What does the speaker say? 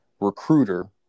recruiter